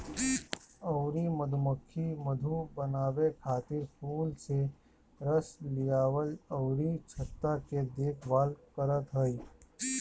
अउरी मधुमक्खी मधु बनावे खातिर फूल से रस लियावल अउरी छत्ता के देखभाल करत हई